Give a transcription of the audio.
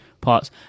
parts